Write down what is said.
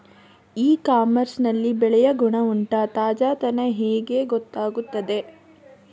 E commerce ನಲ್ಲಿ ಬೆಳೆಯ ಗುಣಮಟ್ಟ, ತಾಜಾತನ ಹೇಗೆ ಗೊತ್ತಾಗುತ್ತದೆ?